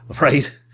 Right